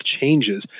changes